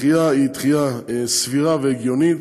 הדחייה היא סבירה והגיונית,